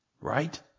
Right